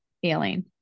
feeling